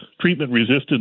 treatment-resistant